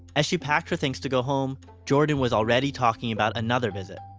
as she packed her things to go home, jordan was already talking about another visit.